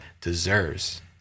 deserves